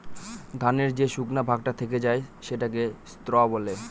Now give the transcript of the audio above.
ধানের যে শুকনা ভাগটা থেকে যায় সেটাকে স্ত্র বলে